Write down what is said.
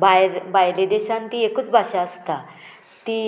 भायर भायले देशांत ती एकूच भाशा आसता ती